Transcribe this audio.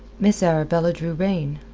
miss arabella drew rein,